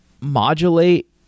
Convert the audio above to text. modulate